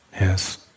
Yes